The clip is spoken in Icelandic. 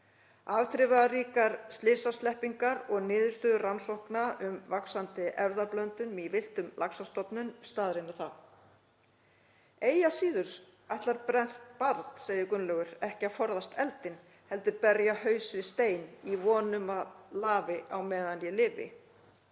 Afdrifaríkar slysasleppingar og niðurstöður rannsókna um vaxandi erfðablöndun í villtum laxastofnum staðreyna það. Eigi að síður ætlar brennt barn ekki að forðast eldinn, heldur berja haus við stein í von um að lafi á meðan ég lifi.“